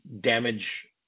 damage